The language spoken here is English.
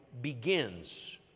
begins